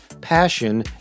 Passion